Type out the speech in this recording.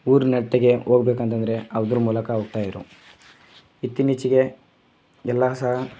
ಊರಿನ ಹಟ್ಟಿಗೆ ಹೋಗ್ಬೇಕು ಅಂತ ಅಂದ್ರೆ ಅದರ ಮೂಲಕ ಹೋಗ್ತಾಯಿದ್ರು ಇತ್ತೀಚೆಗೆ ಎಲ್ಲ ಸಹ